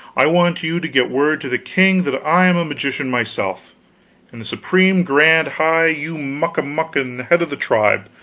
i want you to get word to the king that i am a magician myself and the supreme grand high-yu-muck-amuck and head of the tribe,